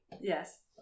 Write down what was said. Yes